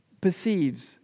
perceives